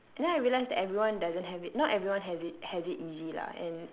and then I realised that everyone doesn't have it not everyone has it has it easy lah and